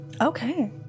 Okay